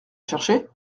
chercher